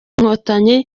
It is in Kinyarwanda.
inkotanyi